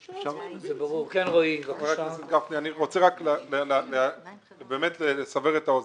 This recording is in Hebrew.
חבר הכנסת גפני, אני רוצה לסבר את האוזן.